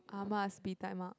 Ah-Ma's bee-tai-mak